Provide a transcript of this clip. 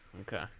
Okay